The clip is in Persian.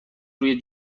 روی